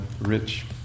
rich